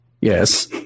yes